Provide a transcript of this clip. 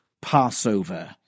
Passover